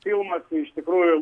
filmas iš tikrųjų